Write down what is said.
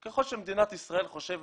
ככל שמדינת ישראל חושבת